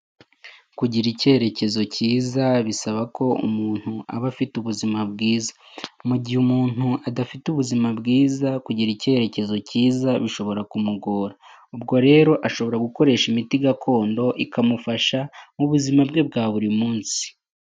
Kugira icyerekezo cyiza bisaba ko umuntu aba afite ubuzima bwiza, mugihe umuntu adafite ubuzima bwiza kugira icyerekezo cyiza bishobora kumugora. Ubwo rero ashobora gukoresha imiti gakondo, ikamufasha mu buzima bwe bwa buri munsi.